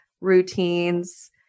routines